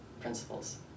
principles